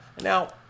Now